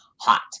hot